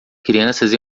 crianças